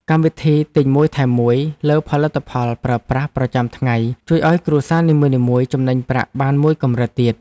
កម្មវិធីទិញមួយថែមមួយលើផលិតផលប្រើប្រាស់ប្រចាំថ្ងៃជួយឱ្យគ្រួសារនីមួយៗចំណេញប្រាក់បានមួយកម្រិតទៀត។